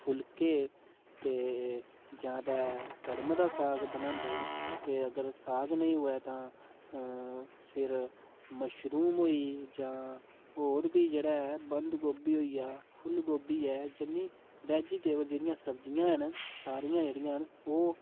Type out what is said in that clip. फुल्के ते ज्यादा कढ़म दा साग बनांदे ने अगर साग नेईं होऐ तां फेर मशरूम होई गेई जां होर बी जेह्ड़ा ऐ बन्दगोबी होई गेआ फुल्लगोबी ऐ जिन्ने वेजिटेबल जेह्ड़ियां सब्ज़िया हैन सारियां जेह्ड़िया न ओह्